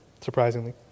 surprisingly